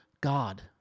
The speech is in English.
God